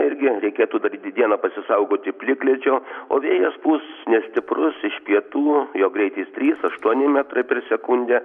irgi reikėtų dar dieną pasisaugoti plikledžio o vėjas pūs nestiprus iš pietų jo greitis trys aštuoni metrai per sekundę